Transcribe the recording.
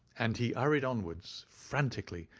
and he hurried onwards frantically,